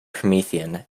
promethean